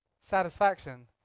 satisfaction